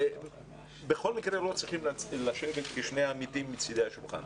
בכל מקרה לא צריכים לשבת כשני עמיתים מצדי השולחן.